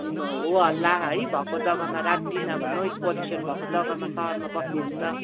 होहोल्ला है भएको जगामा रात दिन अब नोइज पल्युसन भएको जगामा सहरमा बस्नु हुन्छ